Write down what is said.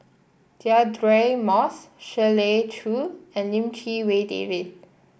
Deirdre Moss Shirley Chew and Lim Chee Wai David